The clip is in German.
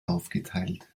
aufgeteilt